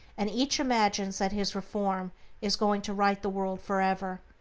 and each imagines that his reform is going to right the world for ever,